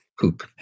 poop